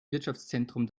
wirtschaftszentrum